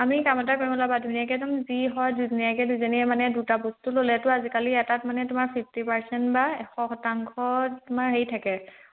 আমি কাম এটা কৰিম ৰ'বা ধুনীয়াকৈ তুমি যি হয় ধুনীয়াকৈ দুজনীয়ে মানে দুটা বস্তু ল'লেতো আজিকালি এটাত মানে তোমাৰ ফিফটি পাৰ্চেণ্ট বা এশ শতাংশ তোমাৰ হেৰি থাকে